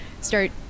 start